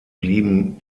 blieben